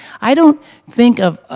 i don't think of,